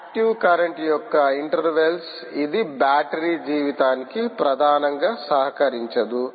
active current యొక్క intervals ఇది battery జీవితానికి ప్రధానంగా సహకరించదు